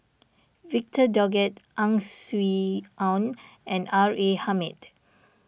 Victor Doggett Ang Swee Aun and R A Hamid